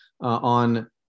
on